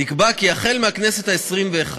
נקבע כי החל מהכנסת העשרים-ואחת,